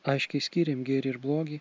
aiškiai skyrėm gėrį ir blogį